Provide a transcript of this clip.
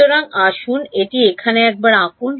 সুতরাং আসুন এটি এখানে একবার আঁকুন